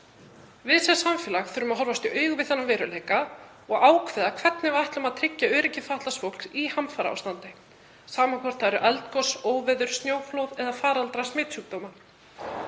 Við sem samfélag þurfum að horfast í augu við þennan veruleika og ákveða hvernig við ætlum að tryggja öryggi fatlaðs fólks í hamfaraástandi, sama hvort það er eldgos, óveður, snjóflóð eða faraldrar smitsjúkdóma.